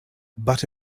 but